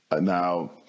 Now